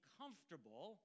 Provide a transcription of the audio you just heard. comfortable